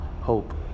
Hope